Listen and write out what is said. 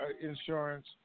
insurance